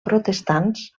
protestants